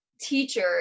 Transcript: teacher